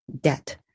debt